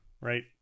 Right